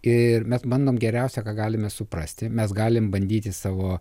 ir mes bandom geriausia ką galime suprasti mes galim bandyti savo